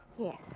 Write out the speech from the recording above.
Yes